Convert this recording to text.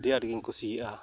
ᱟᱹᱰᱤᱼᱟᱴᱸᱜᱮᱧ ᱠᱩᱥᱤᱭᱟᱜᱼᱟ